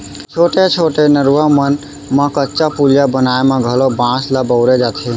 छोटे छोटे नरूवा मन म कच्चा पुलिया बनाए म घलौ बांस ल बउरे जाथे